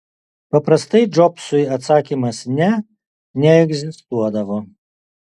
paprastai džobsui atsakymas ne neegzistuodavo